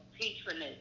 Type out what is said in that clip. patronage